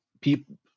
people